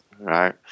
Right